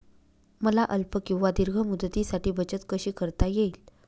मला अल्प किंवा दीर्घ मुदतीसाठी बचत कशी करता येईल?